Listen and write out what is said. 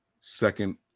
second